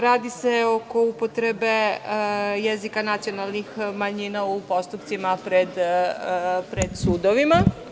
Radi se o upotrebi jezika nacionalnih manjina u postupcima pred sudovima.